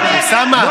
אני